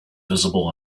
visible